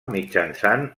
mitjançant